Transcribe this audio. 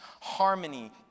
harmony